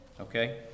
okay